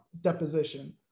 deposition